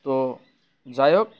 তো যাই হোক